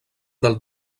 del